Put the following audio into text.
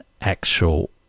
actual